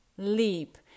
leap